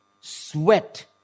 sweat